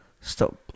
Stop